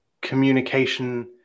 communication